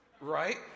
right